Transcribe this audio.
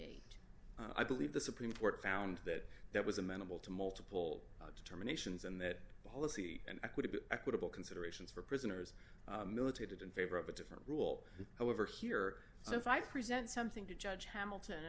date i believe the supreme court found that that was amenable to multiple determinations and that policy and equitable equitable considerations for prisoners militated in favor of a different rule however here so if i present something to judge hamilton